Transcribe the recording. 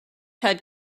had